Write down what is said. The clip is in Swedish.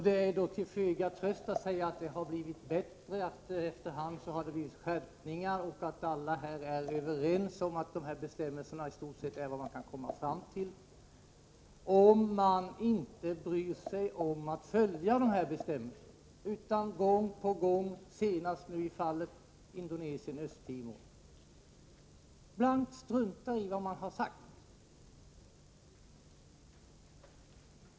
Det är till föga tröst att säga att det har blivit bättre, att det har blivit skärpningar efter hand och att alla här är överens om att dessa bestämmelser är istort sett vad man kan komma fram till — om man inte bryr sig om att följa bestämmelserna, utan gång på gång, senast i fallet Indonesien och Östtimor, blankt struntar i vad som har sagts.